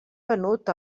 venut